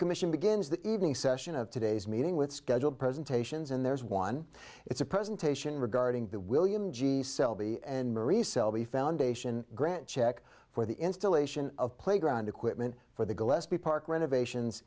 commission begins the evening session of today's meeting with scheduled presentations and there's one it's a presentation regarding the william g selby and marie selby foundation grant check for the installation of playground equipment for the gillespie park renovations